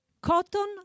cotton